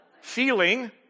feeling